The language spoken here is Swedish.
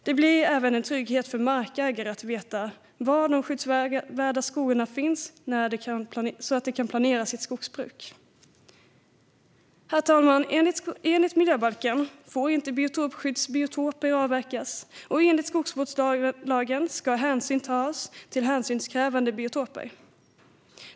Det blir även en trygghet för markägare att veta var de skyddsvärda skogarna finns, så att de kan planera sitt skogsbruk. Herr talman! Enligt miljöbalken får inte biotopskyddsbiotoper avverkas, och enligt skogsvårdslagen ska hänsyn tas till hänsynskrävande biotoper.